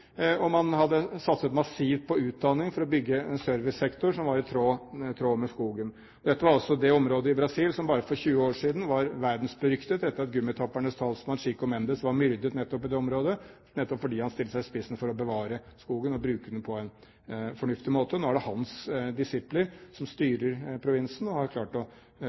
man hadde satset massivt på utdanning for å bygge en servicesektor som var i tråd med skogen. Dette var altså det området i Brasil som bare for 20 år siden var verdensberyktet etter at gummitappernes talsmann, Chico Mendes, ble myrdet nettopp i det området, fordi han stilte seg i spissen for å bevare skogen og bruke den på en fornuftig måte. Nå er det hans disipler som styrer provinsen og har klart å